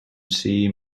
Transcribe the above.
sea